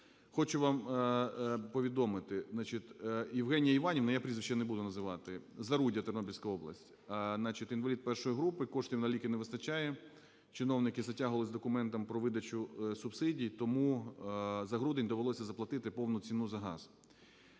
Хочу вам повідомити. Значить, Євгенія Іванівна, я прізвище не буду називати, Заруддя, Тернопільська область. Значить, інвалід І групи, коштів на ліки не вистачає. Чиновники затягували з документом про видачу субсидій, тому за грудень довелося заплатити повну ціну за газ.